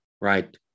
right